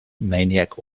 maniac